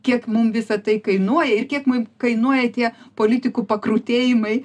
kiek mum visa tai kainuoja ir kiek mum kainuoja tie politikų pakrutėjimai